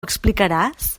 explicaràs